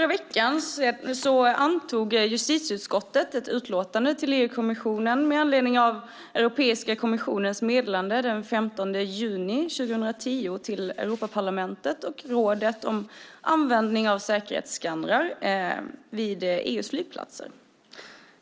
en vecka sedan antog justitieutskottet ett utlåtande till EU-kommissionen med anledning av Europeiska kommissions meddelande den 15 juni 2010 till Europaparlamentet och rådet om användning av säkerhetsskannrar vid EU:s flygplatser.